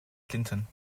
clinton